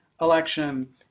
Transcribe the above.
election